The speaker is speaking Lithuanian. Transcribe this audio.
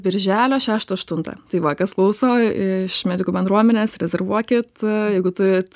birželio šeštą aštuntą tai va kas klauso iš medikų bendruomenės rezervuokit jeigu turit